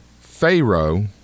Pharaoh